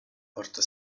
porto